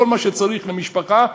כל מה שמשפחה צריכה,